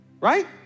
Right